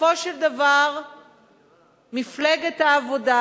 בסופו של דבר מפלגת העבודה,